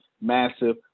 massive